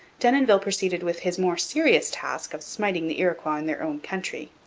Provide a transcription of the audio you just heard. denonville proceeded with his more serious task of smiting the iroquois in their own country.